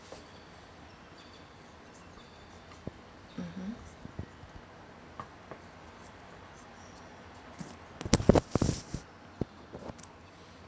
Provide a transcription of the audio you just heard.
mmhmm